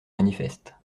manifeste